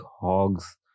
hogs